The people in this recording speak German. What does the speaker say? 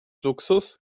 luxus